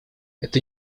эта